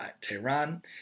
Tehran